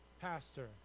pastor